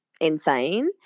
insane